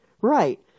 Right